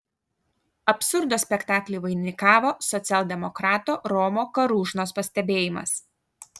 absurdo spektaklį vainikavo socialdemokrato romo karūžnos pastebėjimas